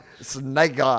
snake